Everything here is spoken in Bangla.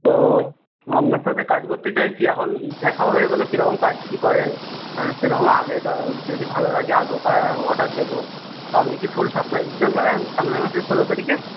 তো আপনার সাথে কাজ করতে চাইছি এখন দেখা হয়ে গেল কীরকম কাজ কী করেন সেরকম আগে যদি ভালো লাগে আগেও কাজ অর্ডার দেব তো আপনি কি ফুল সাপ্লাই দিতে পারবেন সামনের মাসের ষোলো তারিখে